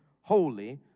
holy